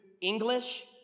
English